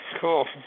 cool